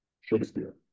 Shakespeare